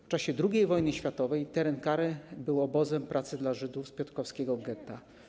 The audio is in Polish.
W czasie II wojny światowej teren „Kary” był obozem pracy dla Żydów z piotrkowskiego getta.